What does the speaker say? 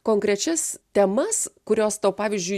konkrečias temas kurios tau pavyzdžiui